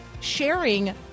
sharing